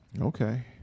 Okay